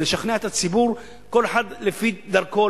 בלשכנע את הציבור כל אחד לפי דרכו,